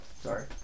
Sorry